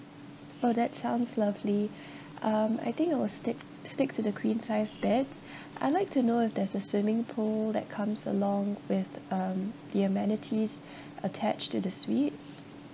oh that sounds lovely um I think I will stick stick to the queen size beds I'd like to know if there's a swimming pool that comes along with um the amenities attached to the suite